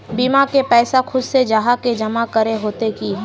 बीमा के पैसा खुद से जाहा के जमा करे होते की?